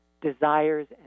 desires